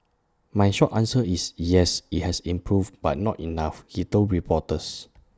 my short answer is yes IT has improved but not enough he told reporters